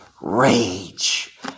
rage